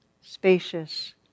spacious